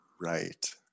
right